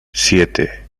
siete